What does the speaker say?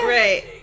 right